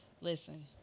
listen